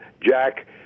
Jack